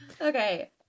Okay